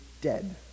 dead